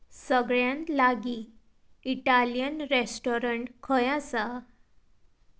सगळ्यांत लागीं Italian restaurant खंय आसा